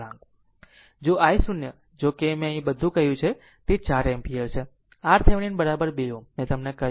તેથી i0 જોકે અહીં મેં કહ્યું તે બધું તે 4 એમ્પીયર છે RThevenin 2 Ω મેં તમને કહ્યું